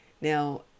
Now